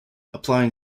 applying